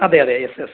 അതെ അതെ yes yes